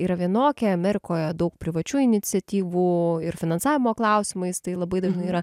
yra vienokia amerikoje daug privačių iniciatyvų ir finansavimo klausimais tai labai dažnai yra